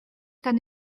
tan